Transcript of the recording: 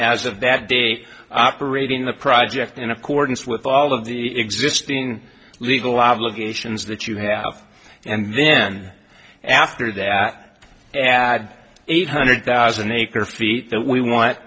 that date operating the project in accordance with all of the existing legal obligations that you have and then after that add eight hundred thousand acre feet that we want